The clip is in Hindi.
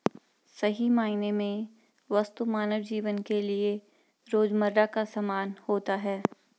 सही मायने में वस्तु मानव जीवन के लिये रोजमर्रा का सामान होता है